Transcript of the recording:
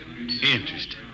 Interesting